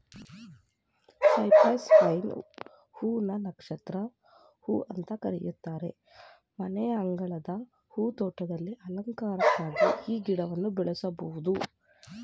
Cyprus vine ಹೂ ನ ನಕ್ಷತ್ರ ಹೂ ಅಂತ ಕರೀತಾರೆ ಮನೆಯಂಗಳದ ಹೂ ತೋಟದಲ್ಲಿ ಅಲಂಕಾರಿಕ್ವಾಗಿ ಈ ಗಿಡನ ಬೆಳೆಸ್ಬೋದು